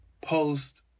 post